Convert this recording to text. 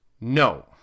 No